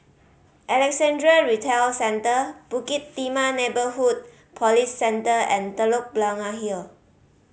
Alexandra Retail Centre Bukit Timah Neighbourhood Police Centre and Telok Blangah Hill